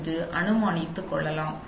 என்று நீங்கள் அனுமானித்து கொள்ளலாம்